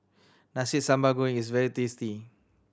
Nasi Sambal Goreng is very tasty